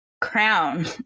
crown